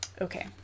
Okay